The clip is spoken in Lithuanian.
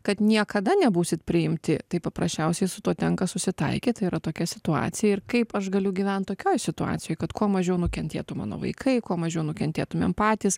kad niekada nebūsit priimti tai paprasčiausiai su tuo tenka susitaikyt tai yra tokia situacija ir kaip aš galiu gyvent tokioj situacijoj kad kuo mažiau nukentėtų mano vaikai kuo mažiau nukentėtumėm patys